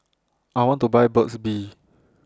I want to Buy Burt's Bee